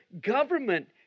government